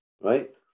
right